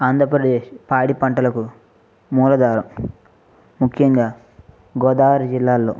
ఆంధ్రప్రదేశ్ పాడి పంటలకు మూలాధారం ముఖ్యంగా గోదావరి జిల్లాలలో